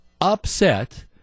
upset